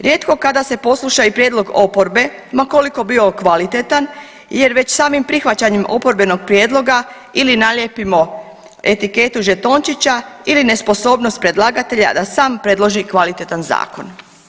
Rijetko kada se posluša i prijedlog oporbe ma koliko bio kvalitetan jer već samim prihvaćanjem oporbenog prijedloga ili naljepimo etiketu žetončića ili nesposobnost predlagatelja da sam predloži kvalitetan zakon.